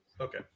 Okay